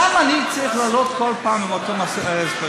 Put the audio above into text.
למה אני צריך לעלות כל פעם עם אותם הסברים,